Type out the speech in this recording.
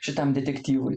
šitam detektyvui